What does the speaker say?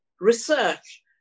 research